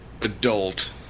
adult